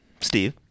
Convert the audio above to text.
Steve